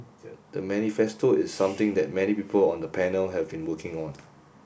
the manifesto is something that many people on the panel have been working on